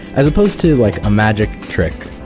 as opposed to like a magic trick,